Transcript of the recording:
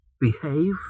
behave